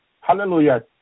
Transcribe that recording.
Hallelujah